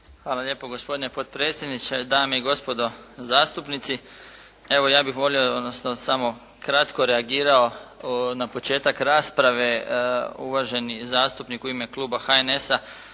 Hvala lijepo gospodine potpredsjedniče, dame i gospodo zastupnici. Evo, ja bih volio, odnosno samo kratko reagirao na početak rasprave, uvaženi zastupnik u ime kluba HNS-a